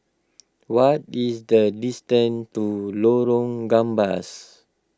what is the distance to Lorong Gambas